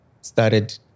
started